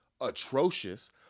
atrocious